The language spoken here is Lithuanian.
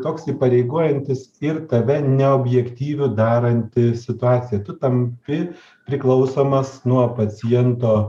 toks įpareigojantis ir tave neobjektyviu daranti situacija tu tampi priklausomas nuo paciento